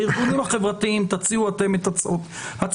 הארגונים החברתיים, תציעו אתם את הצעותיכם.